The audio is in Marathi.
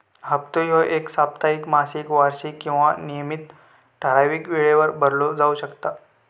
हप्तो ह्यो साप्ताहिक, मासिक, वार्षिक किंवा नियमित ठरावीक वेळेवर भरलो जाउ शकता